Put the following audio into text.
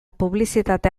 publizitate